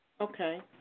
Okay